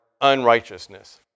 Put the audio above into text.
unrighteousness